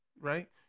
right